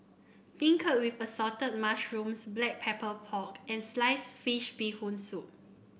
beancurd with Assorted Mushrooms Black Pepper Pork and Sliced Fish Bee Hoon Soup